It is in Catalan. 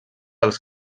als